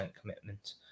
commitment